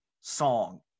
song